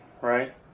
right